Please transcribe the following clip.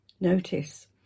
Notice